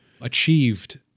achieved